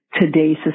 today's